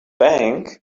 bank